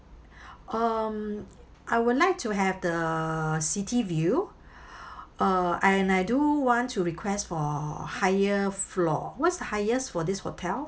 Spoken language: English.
um I would like to have the city view uh and I do want to request for higher floor what's the highest for this hotel